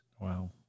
Wow